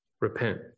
repent